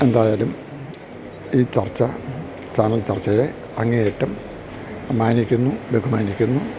എന്തായാലും ഈ ചർച്ച ചാനൽ ചർച്ചയെ അങ്ങേയറ്റം മാനിക്കുന്നു ബഹുമാനിക്കുന്നു